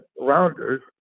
Rounders